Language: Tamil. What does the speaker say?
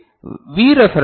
எனவே வி ரெபெரென்ஸ்1